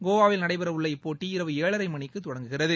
கோவாவில் நடைபெற உள்ள இப்போட்டி இரவு ஏழரை மணிக்கு தொடங்குகிறது